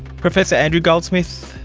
professor andrew goldsmith,